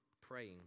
praying